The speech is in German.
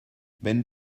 wenn